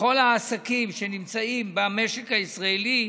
לכל העסקים במשק הישראלי,